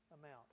amount